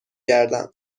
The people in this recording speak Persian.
گردم